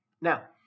Now